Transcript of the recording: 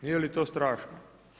Nije li to strašno?